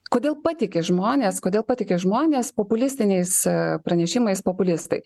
kodėl patiki žmonės kodėl patiki žmonės populistiniais pranešimais populistai